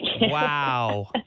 Wow